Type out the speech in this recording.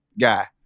guy